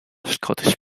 scottish